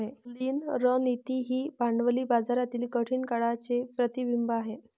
लीन रणनीती ही भांडवली बाजारातील कठीण काळाचे प्रतिबिंब आहे